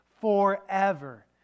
forever